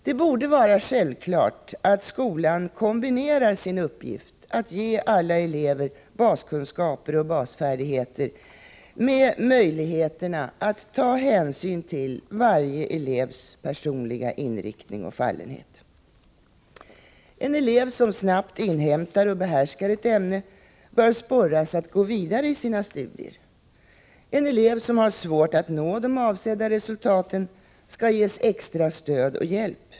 Det borde vara självklart att skolan kombinerar sin uppgift att ge alla elever baskunskaper och basfärdigheter med möjligheter att ta hänsyn till varje elevs personliga inriktning och fallenhet. En elev som snabbt inhämtar och behärskar ett ämne bör sporras att gå vidare i sina studier. En elev som har svårt att nå de avsedda resultaten skall ges extra stöd och hjälp.